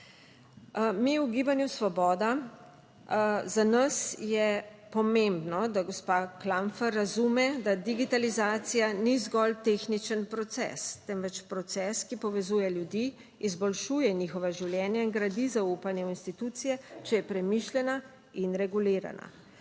Mi v Gibanju Svoboda, za nas je pomembno, da gospa Klampfer razume, da digitalizacija ni zgolj tehničen proces, temveč proces, ki povezuje ljudi, izboljšuje njihova življenja in gradi zaupanje v institucije, če je premišljena in regulirana.